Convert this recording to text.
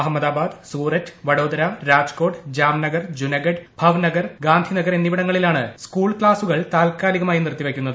അഹമ്മദാബാദ് സൂററ്റ് വഡോദര രാജ്ക്കോട്ട് ജാംനഗർ ജൂനഗഢ് ഭവ്നഗർ ഗാന്ധിനഗർ എന്നിവിടങ്ങളിലാണ് സ്കൂൾ ക്സാസ്സുകൾ താത്ക്കാലികമായി നിർത്തിവയ്ക്കുന്നത്